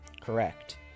correct